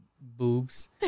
boobs